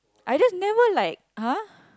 I just never like !huh!